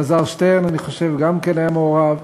אלעזר שטרן, אני חושב, גם כן היה מעורב,